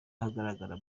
ahagaragara